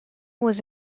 was